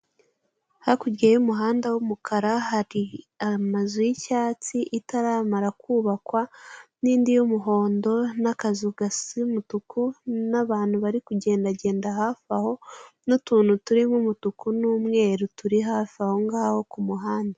Hakurya y'umuhanda w'umukara hari amazu y'icyatsi itaramara kubakwa nindi y'umuhondo nakazu gasumutuku n'abantu bari kugenda genda hafi aho, nutuntu turimo umutuku n'umweru turi hafi ahongaho kumuhanda.